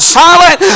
silent